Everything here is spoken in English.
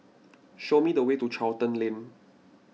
show me the way to Charlton Lane